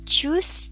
Choose